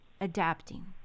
adapting